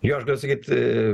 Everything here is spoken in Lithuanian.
jo aš galiu atsakyt